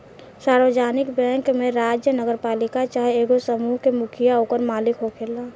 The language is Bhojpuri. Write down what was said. सार्वजानिक बैंक में राज्य, नगरपालिका चाहे एगो समूह के मुखिया ओकर मालिक होखेला